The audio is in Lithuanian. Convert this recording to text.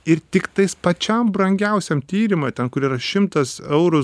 ir tiktais pačiam brangiausiam tyrima ten kur yra šimtas eurų